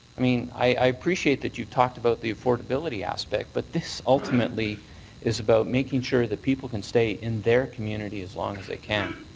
i mean i appreciate that you talked about the affordability aspect, but this ultimately is about making sure that people can stay in their community as long as they can.